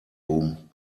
room